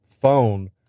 phone